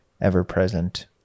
ever-present